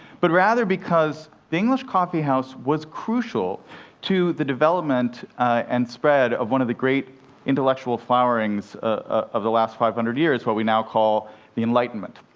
but rather because the english coffeehouse was crucial to the development and spread of one of the great intellectual flowerings ah of the last five hundred years, what we now call the enlightenment.